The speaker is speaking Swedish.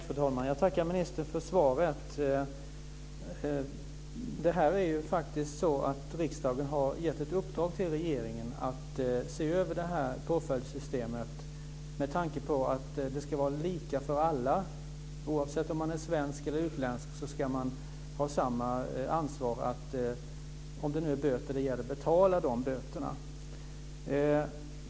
Fru talman! Jag tackar justitieministern för svaret. Riksdagen har gett ett uppdrag till regeringen att se över påföljdssystemet så att det blir lika för alla. Svenskar och utlänningar ska ha samma ansvar för att t.ex. om det gäller böter betala dessa.